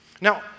Now